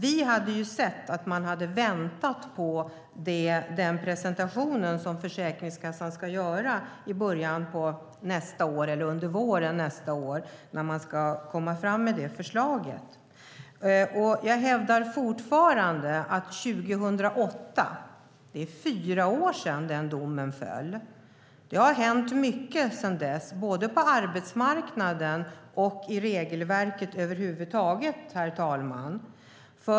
Vi hade gärna sett att man hade väntat på den presentation som Försäkringskassan ska göra under våren nästa år då man ska lägga fram förslaget. Det är fyra år sedan domen 2008 föll, och det har hänt mycket sedan dess både på arbetsmarknaden och i regelverket över huvud taget.